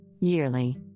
yearly